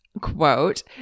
quote